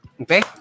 Okay